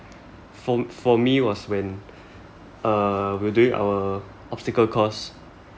for for me was when uh we're doing our obstacle course